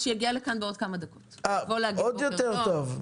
עוד יותר טוב,